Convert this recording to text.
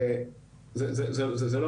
זה לא